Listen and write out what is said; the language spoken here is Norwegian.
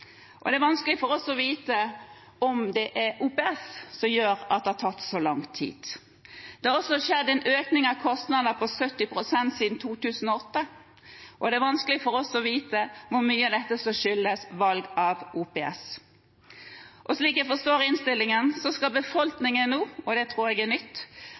2015. Det er vanskelig for oss å vite om det er OPS som gjør at det har tatt så lang tid. Det har også skjedd en økning av kostnader på 70 pst. siden 2008, og det er vanskelig for oss å vite hvor mye av dette som skyldes valget av OPS. Slik jeg forstår innstillingen, skal befolkningen nå – og det tror jeg er nytt